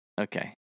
Okay